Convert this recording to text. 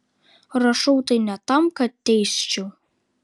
rašau tai ne tam kad teisčiau